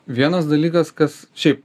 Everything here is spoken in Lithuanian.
vienas dalykas kas šiaip